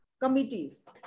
committees